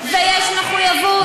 ויש אחריות ויש מחויבות,